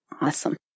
awesome